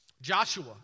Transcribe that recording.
Joshua